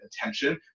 attention